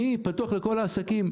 אני פתוח לכל העסקים.